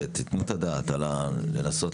תנו את הדעת על זה,